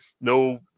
no